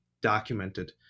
documented